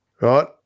Right